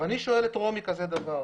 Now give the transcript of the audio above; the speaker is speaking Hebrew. ואני שואל אותה שאלה.